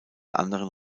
anderen